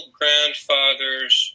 grandfather's